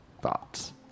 thoughts